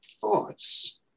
thoughts